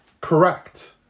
Correct